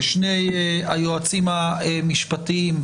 ושני היועצים המשפטיים,